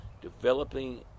developing